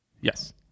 Yes